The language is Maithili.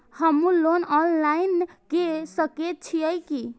हमू लोन ऑनलाईन के सके छीये की?